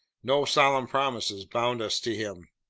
no solemn promises bound us to him.